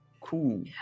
Cool